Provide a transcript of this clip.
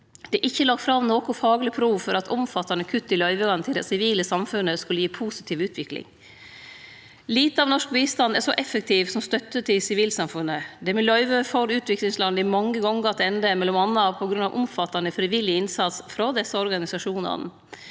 Det er ikkje lagt fram noko fagleg prov for at omfattande kutt i løyvingane til det sivile samfunnet skulle gi positiv utvikling. Lite av norsk bistand er så effektiv som støtte til sivilsamfunnet. Det me løyver, får utviklingslanda mange gonger attende mellom anna på grunn av omfattande frivillig innsats frå desse organisasjonane.